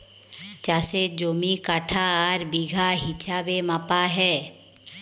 চাষের জমি কাঠা আর বিঘা হিছাবে মাপা হ্যয়